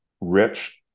Rich